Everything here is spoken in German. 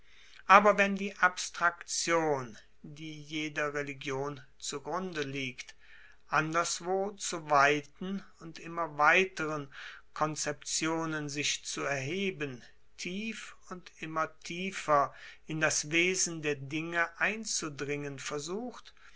aber wenn die abstraktion die jeder religion zu grunde liegt anderswo zu weiten und immer weiteren konzeptionen sich zu erheben tief und immer tiefer in das wesen der dinge einzudringen versucht